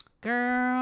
Girl